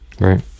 right